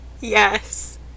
Yes